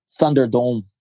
Thunderdome